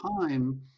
time